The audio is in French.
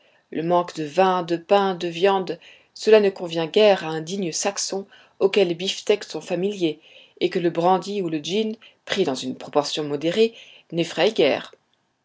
le manque de vin de pain de viande cela ne convient guère à un digne saxon auquel les beefsteaks sont familiers et que le brandy ou le gin pris dans une proportion modérée n'effrayent guère